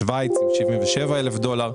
בשוויץ - 77,000 דולר,